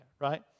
right